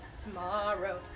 tomorrow